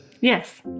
Yes